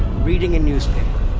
reading a newspaper.